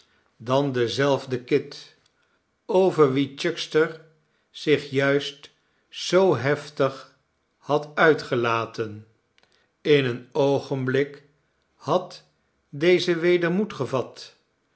dan dezelfde kit over wien chuckster zich juist zoo heftig had uitgelaten in een oogenblik had deze weder moed gevat